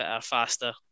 faster